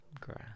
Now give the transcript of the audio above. grass